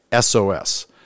SOS